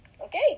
Okay